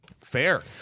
fair